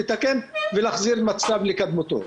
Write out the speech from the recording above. לתקן ולהחזיר את המצב לקדמותו.